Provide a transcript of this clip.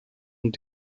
und